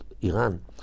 Iran